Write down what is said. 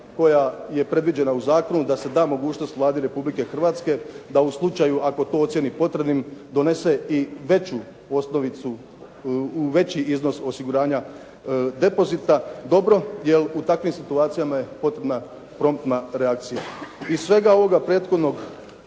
koja je predviđena u zakonu da se da mogućnost Vladi Republike Hrvatske da u slučaju ako to ocijeni potrebnim donese i veću osnovicu, veći iznos osiguranja depozita dobro, jer u takvim situacijama je potrebna promptna reakcija.